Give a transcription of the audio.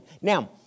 Now